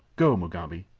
go, mugambi.